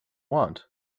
want